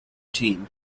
team